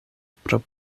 pro